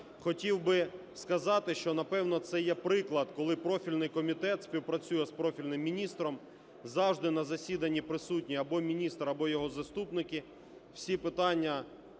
Хотів би сказати, що, напевно, це є приклад, коли профільний комітет співпрацює з профільним міністром. Завжди на засіданні присутній або міністр, або його заступники, всі питання